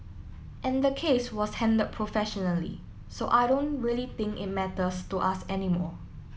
and the case was handled professionally so I don't really think it matters to us anymore